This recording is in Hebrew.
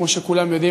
כמו שכולם יודעים,